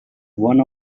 one